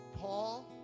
Paul